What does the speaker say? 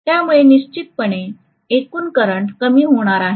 त्यामुळे निश्चितपणे एकूण करंट कमी होणार आहे